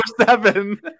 seven